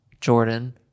Jordan